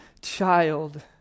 child